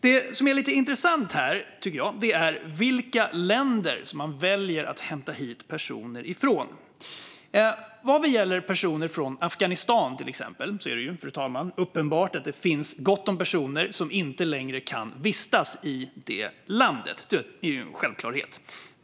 Det som är lite intressant här tycker jag är vilka länder som man väljer att hämta hit personer ifrån. Vad gäller till exempel personer från Afghanistan är det, fru talman, uppenbart att det finns gott om personer som inte längre kan vistas i det landet. Det är en självklarhet.